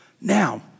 Now